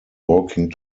walking